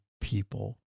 people